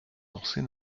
corset